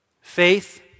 Faith